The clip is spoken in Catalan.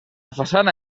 façana